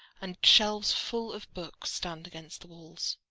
and shelves full of books stand against the walls.